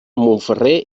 montferrer